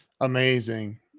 Amazing